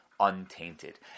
Untainted